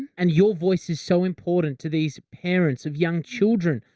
and your voice is so important to these parents of young children.